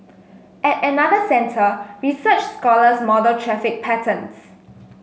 at another centre research scholars model traffic patterns